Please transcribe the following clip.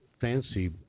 fancy